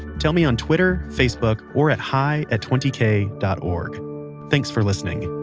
tell me on twitter, facebook, or at hi at twenty k dot org thanks for listening